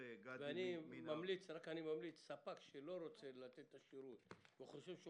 אני ממליץ: ספק שלא רוצה לתת את השירות וחושב שהוא